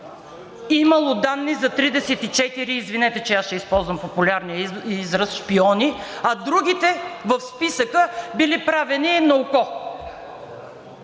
Имало данни за 34 – извинете, че и аз ще използвам популярния израз шпиони, а другите в списъка били правени на око!